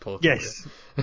yes